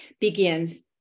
begins